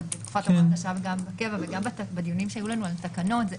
עוד בתקופת --- החדשה וגם בקבע וגם בדיונים שהיו לנו על תקנות.